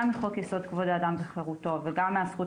מחוק יסוד כבוד האדם וחירותו וגם מהזכות